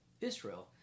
Israel